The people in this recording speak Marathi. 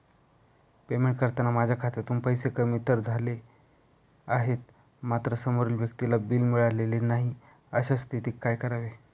पेमेंट करताना माझ्या खात्यातून पैसे कमी तर झाले आहेत मात्र समोरील व्यक्तीला बिल मिळालेले नाही, अशा स्थितीत काय करावे?